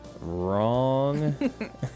wrong